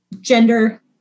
gender